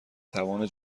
توان